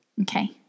Okay